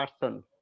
person